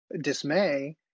dismay